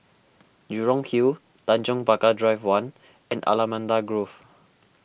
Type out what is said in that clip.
Jurong Hill Tanjong Pagar Drive one and Allamanda Grove